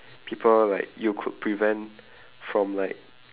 people like you could prevent from like